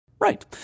Right